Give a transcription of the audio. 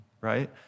right